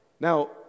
Now